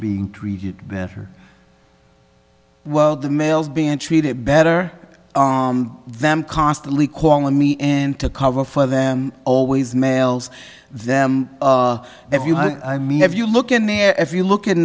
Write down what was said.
being treated better well the males being treated better them constantly calling me and to cover for them always males them if you have i mean if you look in there if you look